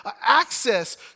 access